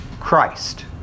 Christ